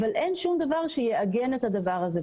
אבל אין שום דבר שיעגן את הדבר הזה.